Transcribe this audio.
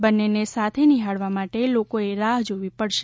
બંનેને સાથે નિહાળવા માટે લોકોએ રાહ જોવી પડશે